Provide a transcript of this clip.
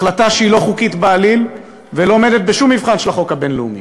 החלטה שהיא לא חוקית בעליל ולא עומדת בשום מבחן של החוק הבין-לאומי.